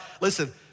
Listen